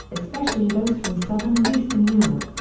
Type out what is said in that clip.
especially those from southern and eastern europe.